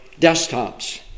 desktops